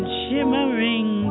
shimmering